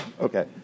Okay